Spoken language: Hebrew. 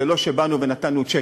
זה לא שבאנו ונתנו צ'קים,